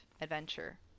adventure